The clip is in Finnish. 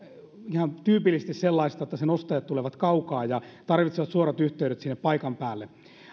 ihan tyypillisesti sellaista että sen ostajat tulevat kaukaa ja tarvitsevat suorat yhteydet sinne paikan päälle